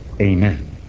Amen